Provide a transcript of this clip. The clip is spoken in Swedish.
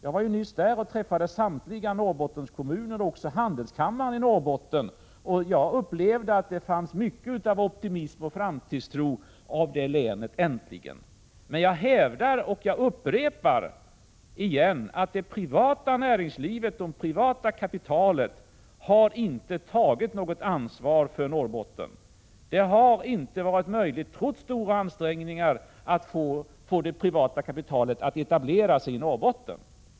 Jag var nyss i Norrbotten och träffade representanter för samtliga Norrbottenkommuner och även för handelskammaren, och jag upplevde att det finns mycken optimism och framtidstro i det länet — äntligen. Men jag hävdar — jag upprepar det alltså återigen — att det privata näringslivet och det privata kapitalet inte har tagit något ansvar för Norrbotten. Det har inte varit möjligt, trots stora ansträngningar, att få det privata näringslivet att etablera sig i Norrbotten.